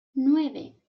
nueve